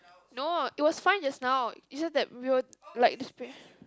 no it was fine just now it's just that we were like